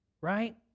right